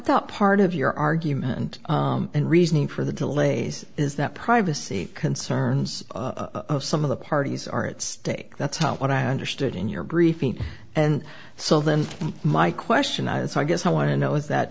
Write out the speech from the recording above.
thought part of your argument and reasoning for the delays is that privacy concerns of some of the parties are at stake that's what i understood in your briefing and so then my question i guess i want to know is that